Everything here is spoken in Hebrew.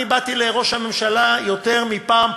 אני באתי לראש הממשלה יותר מפעם,